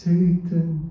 Satan